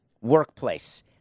workplace